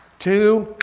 two,